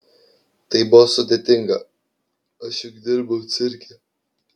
tai buvo sudėtinga aš juk dirbau cirke